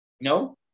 No